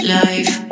life